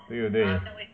没有对